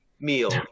meal